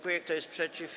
Kto jest przeciw?